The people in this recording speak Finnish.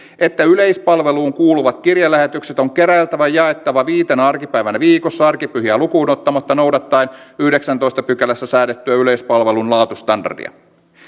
että yleispalveluun kuuluvat kirjelähetykset on keräiltävä ja jaettava viitenä arkipäivänä viikossa arkipyhiä lukuun ottamatta noudattaen yhdeksännessätoista pykälässä säädettyä yleispalvelun laatustandardia